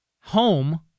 home